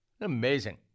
Amazing